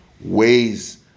ways